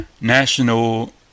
national